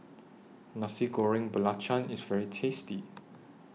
Nasi Goreng Belacan IS very tasty